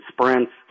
sprints